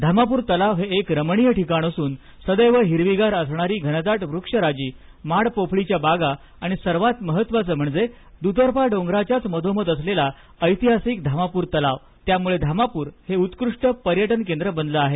धामापूर तलाव हे एक रमणीय ठिकाण असून सदैव हिरवीगार असणारी घनदाट वृक्षराजी माड पोफळीच्या बागा आणि सर्वात महत्वाचं म्हणजे दुतर्फा डोंगराच्याच मधोमध असलेला ऐतिहासिक धामापूर तलाव यामुळे धामापूर हे उत्कृष्ट पर्यटन केंद्र बनलं आहे